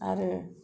आरो